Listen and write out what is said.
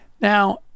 Now